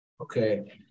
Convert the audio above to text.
Okay